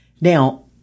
Now